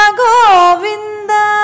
govinda